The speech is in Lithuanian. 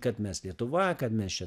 kad mes lietuva kad mes čia